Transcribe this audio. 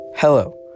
Hello